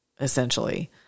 essentially